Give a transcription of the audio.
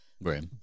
Right